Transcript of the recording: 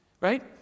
right